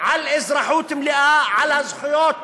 על אזרחות מלאה, על הזכויות